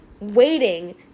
waiting